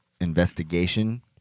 investigation